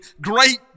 great